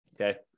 okay